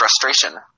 frustration